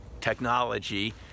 technology